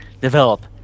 develop